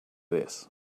this